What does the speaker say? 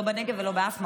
לא בנגב ולא באף מקום,